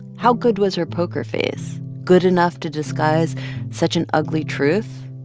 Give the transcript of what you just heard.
how good was her poker face? good enough to disguise such an ugly truth?